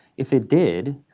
if it did,